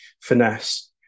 finesse